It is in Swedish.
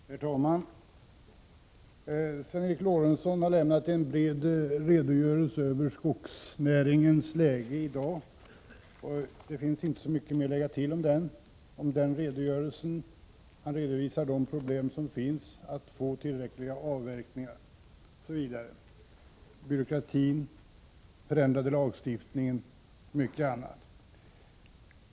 Herr talman! Sven Eric Lorentzon har lämnat en bred redogörelse för läget inom skogsnäringen i dag. Det finns inte så mycket att tillägga till den redogörelsen. Sven Eric Lorentzon redovisade de problem som finns att få till stånd tillräckliga avverkningar: byråkratin, den förändrade lagstiftningen och mycket annat.